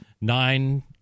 nine